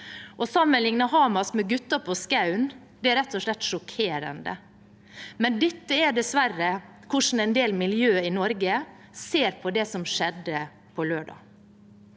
Å sammenligne Hamas med «gutta på skauen» er rett og slett sjokkerende, men dette er dessverre hvordan en del miljøer i Norge ser på det som skjedde på lørdag.